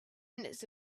minutes